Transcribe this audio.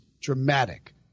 dramatic